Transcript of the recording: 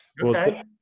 okay